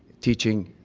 teaching,